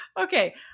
Okay